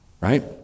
Right